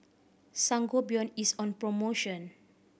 Sangobion is on promotion